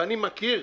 ואני מכיר,